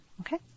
Okay